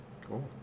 Cool